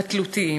התלותיים.